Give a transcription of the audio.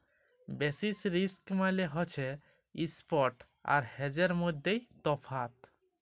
basis risk মালে হছে ইস্প্ট আর হেজের মইধ্যে তফাৎ